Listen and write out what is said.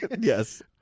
Yes